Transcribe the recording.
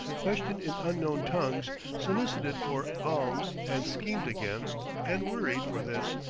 questioned in unknown tongues, solicited for alms and schemed against and worried for this,